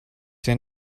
sehr